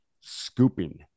scooping